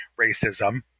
racism